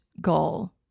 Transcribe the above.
goal